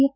F